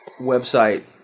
website